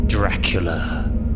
Dracula